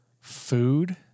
food